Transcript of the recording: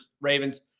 Ravens